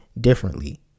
differently